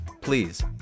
please